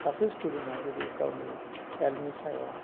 सासे स्टुडेन्टआ जुदि गावनि हेल्टनि सायाव